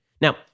Now